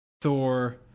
Thor